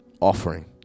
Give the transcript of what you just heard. offering